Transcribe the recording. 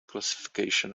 classification